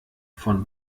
von